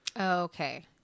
Okay